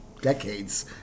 decades